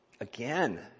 again